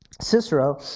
Cicero